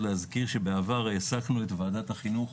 להזכיר שבעבר העסקנו את ועדת החינוך